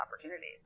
opportunities